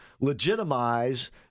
legitimize